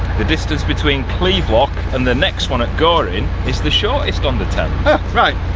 the distance between cleeve lock and the next one at goring is the shortest on the thames right.